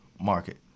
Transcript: market